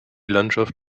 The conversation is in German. landschaft